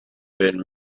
been